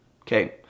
okay